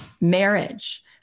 marriage